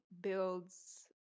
builds